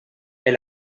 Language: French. est